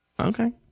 Okay